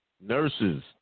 nurses